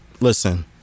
listen